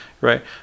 right